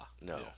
No